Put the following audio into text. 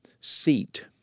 seat